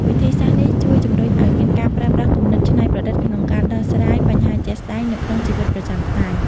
វិធីសាស្ត្រនេះជួយជំរុញឲ្យមានការប្រើប្រាស់គំនិតច្នៃប្រឌិតក្នុងការដោះស្រាយបញ្ហាជាក់ស្តែងនៅក្នុងជីវិតប្រចាំថ្ងៃ។